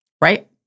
Right